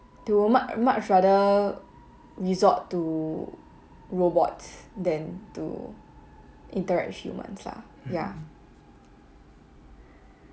they would mu~ much rather resort to robots than to interact with humans lah ya